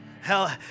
hell